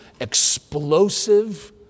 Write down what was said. explosive